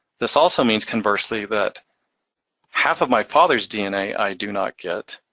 this also means conversely that half of my father's dna i do not get,